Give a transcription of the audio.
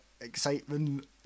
excitement